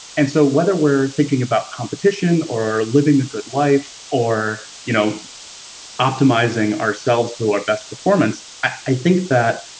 and so whether we're thinking about competition or living the good life or you know optimizing ourselves to our best performance, i think that